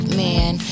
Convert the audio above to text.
man